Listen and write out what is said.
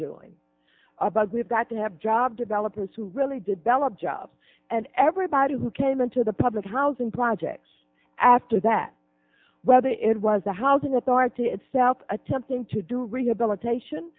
doing a bug we've got to have job developers who really develop jobs and everybody who came into the public housing projects after that whether it was the housing authority itself attempting to do rehabilitation